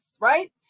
right